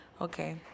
Okay